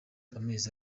amezi